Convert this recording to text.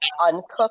uncooked